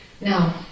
Now